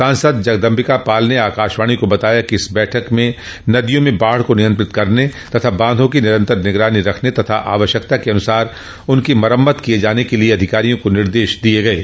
सांसद जगदम्बिका पाल ने आकाशवाणी को बताया कि इस बैठक में नदियों में बाढ़ को नियंत्रित करने तथा बांधों की निरन्तर निगरानी रखने तथा आवश्यकतानुसार उसकी मरम्मत किये जाने के लिये अधिकारियों को निर्देश दिये गये